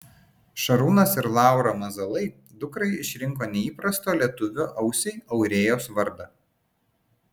šarūnas ir laura mazalai dukrai išrinko neįprastą lietuvio ausiai aurėjos vardą